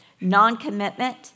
non-commitment